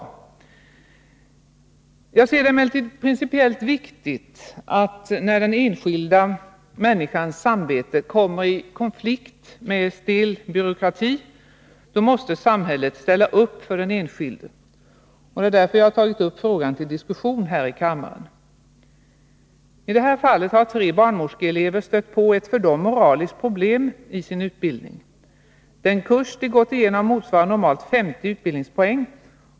Nr 21 Jag ser det emellertid som principiellt viktigt att när den enskildes samvete Måndagen den kommer i konflikt med stel byråkrati, då måste samhället ställa upp för den 8 november 1982 enskilde. Det är därför jag har tagit upp frågan till diskussion här i kammaren. I det här fallet har tre barnmorskeelever stött på ett för dem Om den s.k. moraliskt problem i sin utbildning. Den kurs de gått igenom motsvarar normalt 50 utbildningspoäng.